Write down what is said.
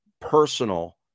personal